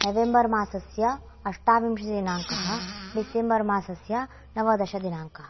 नवेम्बर्मासस्य अष्टाविंशतिदिनाङ्कः डिसेम्बर् मासस्य नवदशदिनाङ्कः